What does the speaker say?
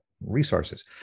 resources